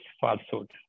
falsehood